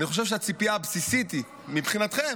אני חושב שהציפייה הבסיסית מבחינתכם